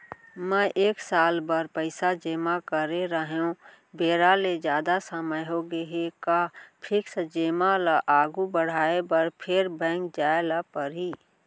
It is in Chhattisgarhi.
मैं एक साल बर पइसा जेमा करे रहेंव, बेरा ले जादा समय होगे हे का फिक्स जेमा ल आगू बढ़ाये बर फेर बैंक जाय ल परहि?